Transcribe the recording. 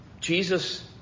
Jesus